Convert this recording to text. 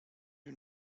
you